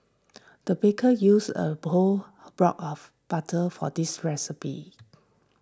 the baker used a whole block of butter for this recipe